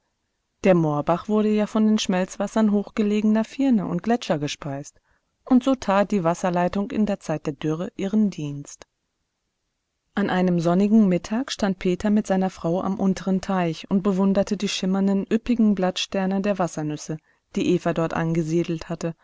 der moorbach wurde ja von den schmelzwassern hochgelegener firne und gletscher gespeist und so tat die wasserleitung in der zeit der dürre ihren dienst an einem sonnigen mittag stand peter mit seiner frau am unteren teich und bewunderte die schwimmenden üppigen blattsterne der wassernüsse die eva dort angesiedelt hatte